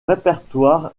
répertoire